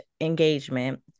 engagement